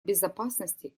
безопасности